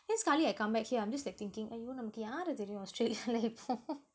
then sekali I come back here I'm just like thinking !aiyo! நமக்கு யார தெரியும்:namakku yaara theriyum australia